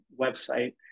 website